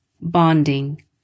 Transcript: bonding